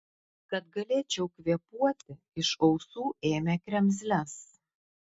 kad galėčiau kvėpuoti iš ausų ėmė kremzles